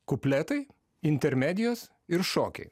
kupletai intermedijos ir šokiai